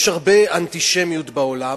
יש הרבה אנטישמיות בעולם,